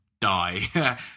die